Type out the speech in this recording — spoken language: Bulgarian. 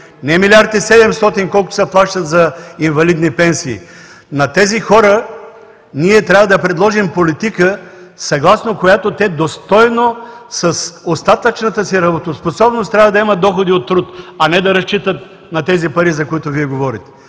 1 млрд. 700, колкото се плащат за инвалидни пенсии, на тези хора ние трябва да предложим политика, съгласно която те достойно, с остатъчната си работоспособност, трябва да имат доходи от труд, а не да разчитат на тези пари, за които Вие говорите.